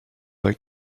like